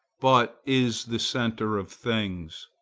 but is the centre of things.